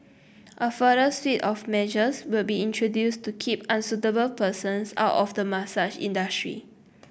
a further suite of measures will be introduced to keep unsuitable persons out of the massage industry